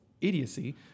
idiocy